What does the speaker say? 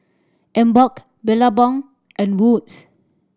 Emborg Billabong and Wood's